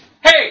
Hey